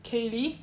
keighley